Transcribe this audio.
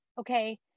Okay